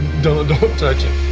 don't touch him.